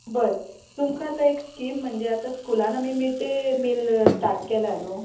बरें तुमकां आतां एक स्कीम म्हणजे आतां स्कुलान आमी मिड डे मिल स्टार्ट केलां न्हू